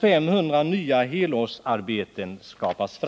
500 nya helårsarbeten skapas.